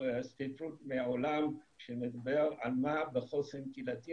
סקירת ספרות מעולם שמדברת על מה בחוסן הקהילתי,